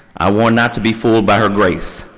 i warn not to be fooled by her grace.